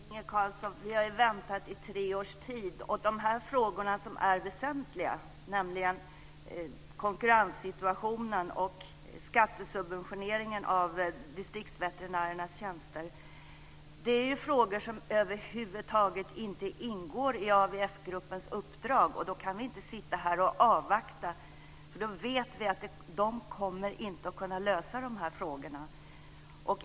Fru talman! Inge Carlsson, vi har ju väntat i tre års tid. Och de här frågorna som är väsentliga, nämligen konkurrenssituationen och skattesubventioneringen av distriktsveterinärernas tjänster, är ju frågor som över huvud taget inte ingår i AVF-gruppens uppdrag. Då kan vi inte sitta här och avvakta, för vi vet att den inte kommer att lösa de här frågorna.